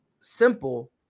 simple